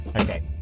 Okay